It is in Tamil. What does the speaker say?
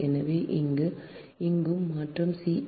எனவே இங்கும் மாற்றம் c a b